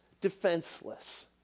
defenseless